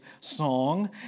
song